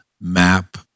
map